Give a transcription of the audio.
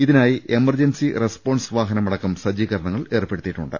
ഇതിനായി emergency response വാഹനമടക്കം സജ്ജീകരണം ഏർപ്പെ ടുത്തിയിട്ടുണ്ട്